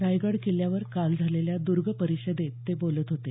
रायगड किल्ल्यावर काल झालेल्या दूर्ग परिषदेत ते बोलत होते